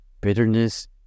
bitterness